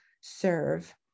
serve